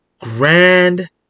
Grand